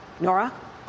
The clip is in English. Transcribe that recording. Nora